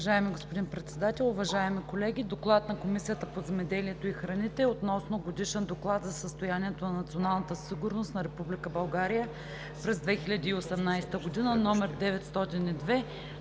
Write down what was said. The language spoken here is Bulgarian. Уважаеми господин Председател, уважаеми колеги! „ДОКЛАД на Комисията по земеделието и храните относно Годишен доклад за състоянието на националната сигурност на Република България през 2018